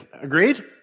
Agreed